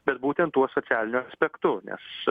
bet būtent tuo socialiniu aspektu nes